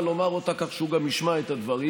לומר אותה כך שהוא גם ישמע את הדברים.